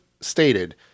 stated